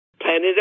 Planet